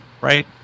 right